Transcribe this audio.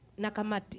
Nakamati